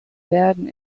werden